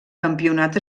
campionat